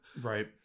right